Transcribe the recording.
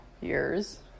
years